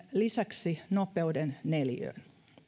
lisäksi nopeuden neliöön